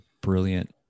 brilliant